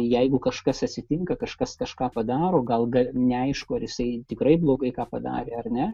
jeigu kažkas atsitinka kažkas kažką padaro gal gal neaišku ar jisai tikrai blogai ką padarė ar ne